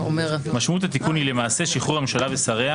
משמעות התיקון היא למעשה שחרור הממשלה ושריה